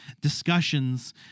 discussions